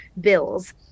bills